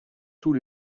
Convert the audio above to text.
tous